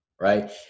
right